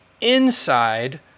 inside